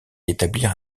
rétablir